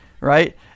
right